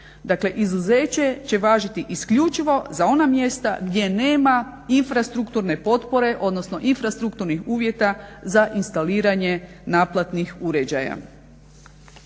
izuzeće će važiti isključivo za ona mjesta gdje nema infrastrukturne potpore, odnosno infrastrukturnih uvjeta za instaliranje naplatnih uređaja.